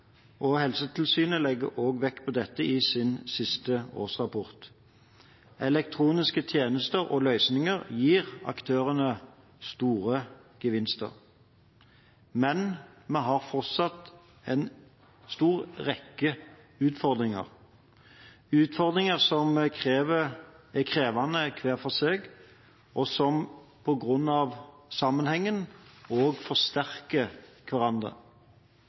og Helsetilsynet legger også vekt på dette i sin siste årsrapport. Elektroniske tjenester og løsninger gir aktørene store gevinster. Men vi har fortsatt en rekke utfordringer – utfordringer som er krevende hver for seg, og som på grunn av sammenhengen også forsterker hverandre.